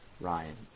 RYAN